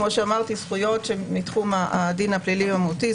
זכויות מתחום הדין המהותי והפלילי,